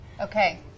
Okay